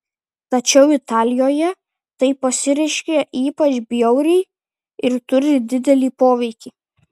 tačiau italijoje tai pasireiškia ypač bjauriai ir turi didelį poveikį